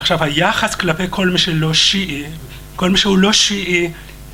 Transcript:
עכשיו, היחס כלפי כל מי שלא שיעי, כל מי שהוא לא שיעי...